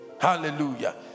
hallelujah